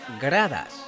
gradas